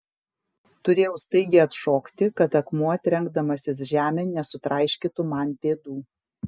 turėjau staigiai atšokti kad akmuo trenkdamasis žemėn nesutraiškytų man pėdų